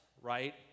right